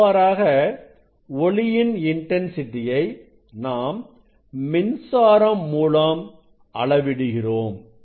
இவ்வாறாக ஒளியின் இன்டன்சிட்டியை நாம் மின்சாரம் மூலம் அளவிடுகிறோம்